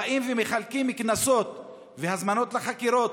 באים ומחלקים הזמנות לחקירות